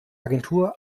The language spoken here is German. agentur